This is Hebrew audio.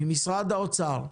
ממשרד האוצר,